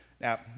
now